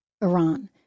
Iran